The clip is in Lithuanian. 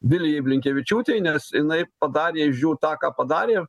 vilijai blinkevičiūtei nes jinai padarė iš jų tą ką padarė